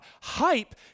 Hype